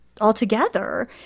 altogether